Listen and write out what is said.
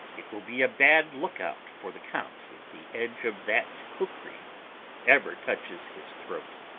it will be a bad lookout for the count if the edge of that kukri ever touches his throat,